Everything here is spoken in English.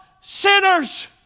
sinners